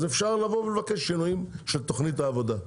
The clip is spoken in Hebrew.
אז אפשר לבקש שינויים של תוכנית העבודה.